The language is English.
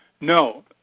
No